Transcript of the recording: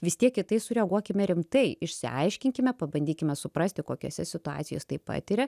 vis tiek į tai sureaguokime rimtai išsiaiškinkime pabandykime suprasti kokiose situacijos jis tai patiria